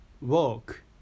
Walk